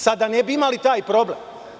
Sada ne bismo imali taj problem.